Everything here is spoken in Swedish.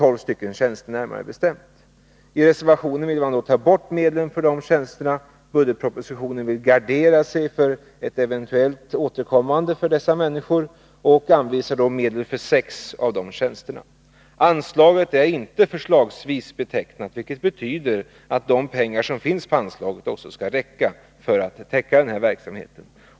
Reservanterna vill ta bort medlen för de tjänsterna. I budgetpropositionen vill man gardera sig för att dessa människor eventuellt kan återkomma och anvisar medel för sex av tjänsterna. Anslaget är inte betecknat som förslagsanslag, vilket betyder att de pengar som finns på anslaget också skall räcka för att täcka verksamheten.